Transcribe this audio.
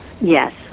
yes